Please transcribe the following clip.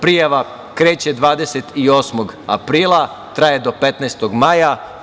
Prijava kreće 28.aprila, traje do 15. maja.